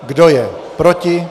Kdo je proti?